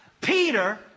Peter